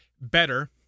better